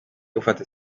gufata